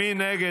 מי נגד?